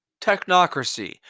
technocracy